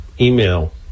email